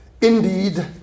Indeed